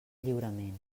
lliurement